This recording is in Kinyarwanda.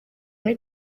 muri